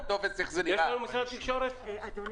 אדוני,